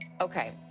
Okay